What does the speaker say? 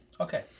Okay